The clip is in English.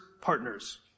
partners